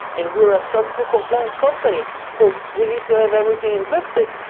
and we're a soc two compliant company. so we need to have everything encrypted.